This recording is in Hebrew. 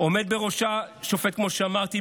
עומד בראשה שופט, כמו שאמרתי.